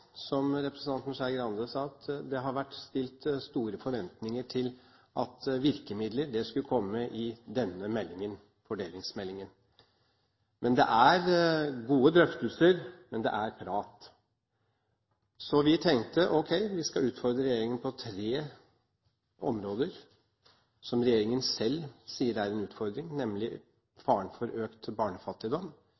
som representanten Skei Grande sa, har det vært stilt store forventninger til at virkemidler skulle komme i denne meldingen, fordelingsmeldingen. Det er gode drøftelser, men det er prat. Så vi tenkte at ok, vi skal utfordre regjeringen på tre områder som regjeringen selv sier er en utfordring,